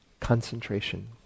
Concentration